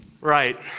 Right